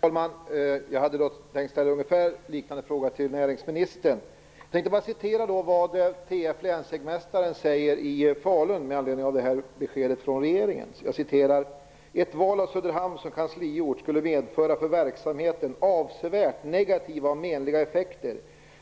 Herr talman! Jag hade tänkt att ställa en liknande fråga till näringsministern. Men jag vill bara citera vad tf länsjägmästare i "Ett val av Söderhamn som kansliort skulle medföra för verksamheten avsevärt negativa och menliga effekter.